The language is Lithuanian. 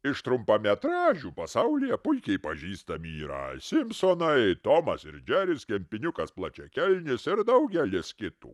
iš trumpametražių pasaulyje puikiai pažįstami yra simpsonai tomas ir džeris kempiniukas plačiakelnis ir daugelis kitų